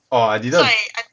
orh I didn't